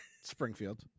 Springfield